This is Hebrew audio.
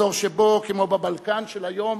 אזור שבו, כמו בבלקן של היום,